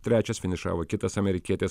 trečias finišavo kitas amerikietis